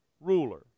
ruler